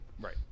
Right